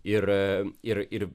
ir ir ir